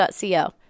co